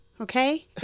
okay